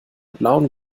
blauen